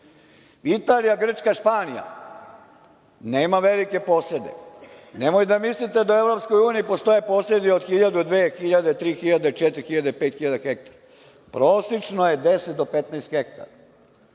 Italija, Grčka, Španija, nema velike posede. Nemoj da mislite da u EU postoje posedi od 1000, 2000, 3000, 4000, 5000 hektara. Prosečno je 10 do 15 hektara.